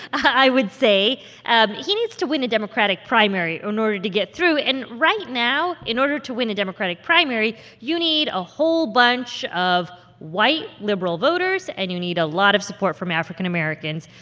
i would say um he needs to win a democratic primary in order to get through. and right now, in order to win the democratic primary, you need a whole bunch of white liberal voters, and you need a lot of support from african americans.